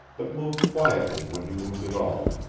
but moved quietly when he moved at all,